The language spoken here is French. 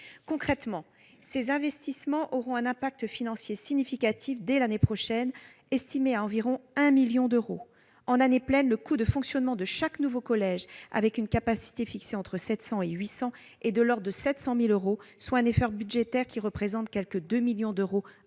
Concrètement, ces investissements auront un impact financier significatif dès l'année prochaine, estimé à environ un million d'euros. En année pleine, le coût de fonctionnement de chaque nouveau collège, avec une capacité fixée entre 700 et 800 élèves, est de l'ordre de 700 000 euros, soit un effort budgétaire représentant quelque 2 millions d'euros